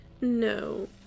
No